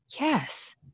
yes